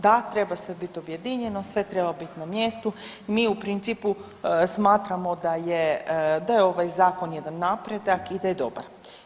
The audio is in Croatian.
Da, treba sve bit objedinjeno, sve treba bit na mjestu, mi u principu smatramo da je, da ovaj Zakon jedan napredak i da je dobar.